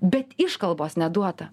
bet iškalbos neduota